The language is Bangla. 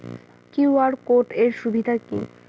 কিউ.আর কোড এর সুবিধা কি?